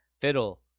Fiddle